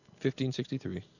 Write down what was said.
1563